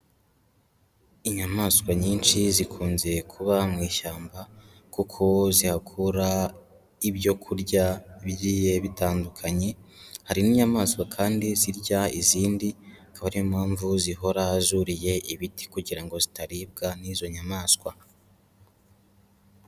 Inyamaswa nyinshi zikunze kuba mu ishyamba kuko zihakura ibyo kurya bigiye bitandukanye, hari n'inyamaswa kandi zirya izindi, akaba ariyo mpamvu zihora zuriye ibiti kugira ngo zitaribwa n'izo nyamaswa.